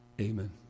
Amen